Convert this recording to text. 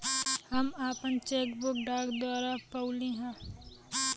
हम आपन cheque book डाक द्वारा पउली है